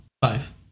Five